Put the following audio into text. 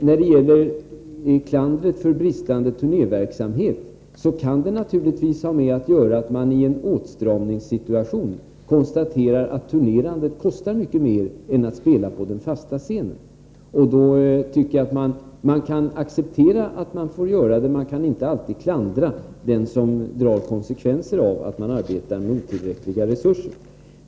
När det gäller klandret för bristande turnéverksamhet vill jag säga att den naturligtvis kan ha med det att göra att man i en åtstramningssituation konstaterar att turnerandet kostar mycket mera än att spela på den fasta scenen. Det resonemanget kan man acceptera; man kan inte alltid klandra den som drar konsekvenser av att man arbetar med otillräckliga resurser.